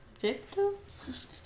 victims